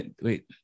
wait